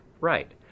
right